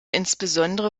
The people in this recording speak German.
insbesondere